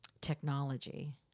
technology